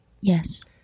Yes